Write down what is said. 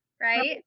right